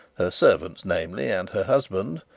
her servants namely and her husband,